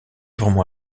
vraiment